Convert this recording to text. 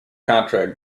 contract